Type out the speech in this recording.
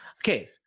Okay